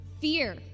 Fear